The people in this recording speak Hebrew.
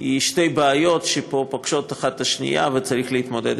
היא שתי בעיות שפוגשות האחת את השנייה וצריך להתמודד